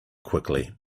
quickly